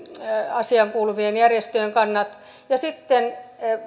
asiaan kuuluvien järjestöjen kannat ja sitten